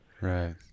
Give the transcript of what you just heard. Right